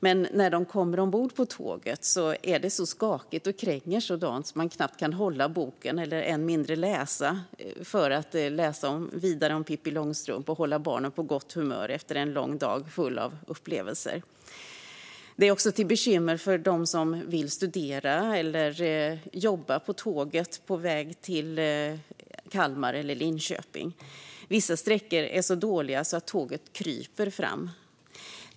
Men tåget är så skakigt och kränger så att man knappt kan hålla Pippiboken och än mindre läsa ur den för att hålla barnen på gott humör även efter en lång dag full av upplevelser. Det här är också ett bekymmer för dem som vill studera eller jobba på tåget på väg till Kalmar eller Linköping. Vissa sträckor är så dåliga att tåget kryper fram.